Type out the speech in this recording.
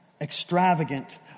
Extravagant